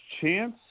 chance